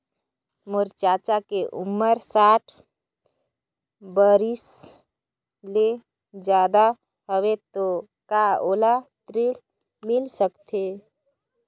मोर चाचा के उमर साठ बरिस से ज्यादा हवे तो का ओला ऋण मिल सकत हे?